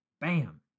Bam